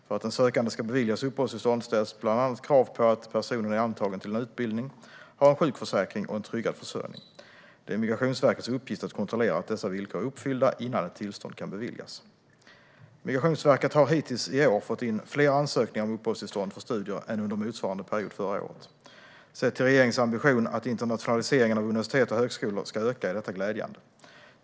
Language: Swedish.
För att en sökande ska beviljas uppehållstillstånd ställs bland annat krav på att personen är antagen till en utbildning, har en sjukförsäkring och en tryggad försörjning. Det är Migrationsverkets uppgift att kontrollera att dessa villkor är uppfyllda innan ett tillstånd kan beviljas. Migrationsverket har hittills i år fått in fler ansökningar om uppehållstillstånd för studier än under motsvarande period förra året. Sett till regeringens ambition att internationaliseringen av universitet och högskolor ska öka är detta glädjande.